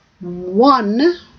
One